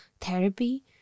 therapy